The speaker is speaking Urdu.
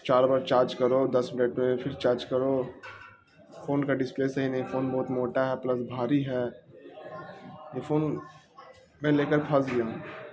چار بار چارج کرو دس منٹ میں پھر چارج کرو فون کا ڈسپلے صحیح نہیں فون بہت موٹا ہے پلس بھاری ہے یہ فون میں لے کر پھنس گیا ہوں